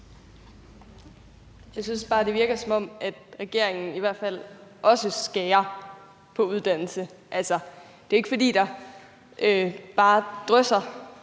Jeg synes bare, det virker, som om regeringen i hvert fald også skærer på uddannelser. Altså, det er jo ikke, fordi det bare drysser